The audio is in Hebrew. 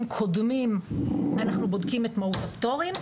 קודמים אנחנו בודקים את מהות הפטורים,